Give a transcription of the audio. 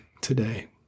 today